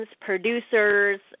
producers